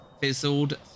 fizzled